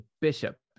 bishop